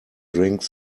drink